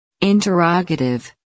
Interrogative